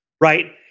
Right